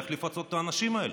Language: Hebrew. איך לפצות את האנשים האלה,